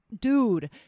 dude